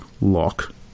lock